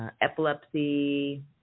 epilepsy